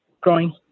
growing